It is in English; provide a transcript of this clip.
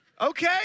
Okay